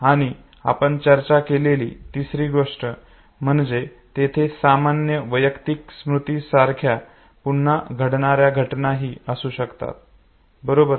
आणि आपण चर्चा केलेली तिसरी गोष्ट म्हणजे तेथे सामान्य वैयक्तिक स्मृती सारख्या पुन्हा घडणाऱ्या घटनाही असू शकतात बरोबर